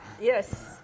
Yes